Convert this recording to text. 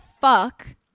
fuck